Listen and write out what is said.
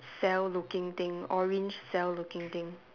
cell looking thing orange cell looking thing